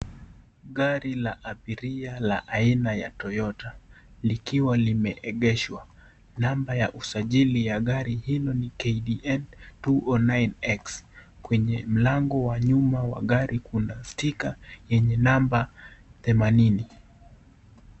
Gari la abiria aina la Toyota likiwa limeegeshwa. Namba ya usajili ya gari hiyo ni KDN 209X. Kwenye mlango wa nyuma wa gari kuna stika yenye namba themanini.